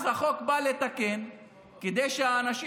אז החוק בא לתקן כדי שהאנשים,